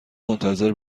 منتظر